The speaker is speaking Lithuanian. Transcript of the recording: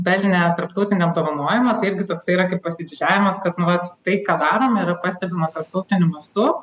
pelnę tarptautinį apdovanojimą tai irgi toksai yra kaip pasididžiavimas kad va tai ką darom yra pastebima tarptautiniu mastu